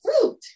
fruit